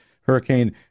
Hurricane